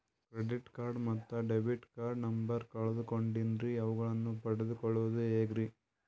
Credit card ಮತ್ತು debit card number ಕಳೆದುಕೊಂಡಿನ್ರಿ ಅವುಗಳನ್ನ ಪಡೆದು ಕೊಳ್ಳೋದು ಹೇಗ್ರಿ?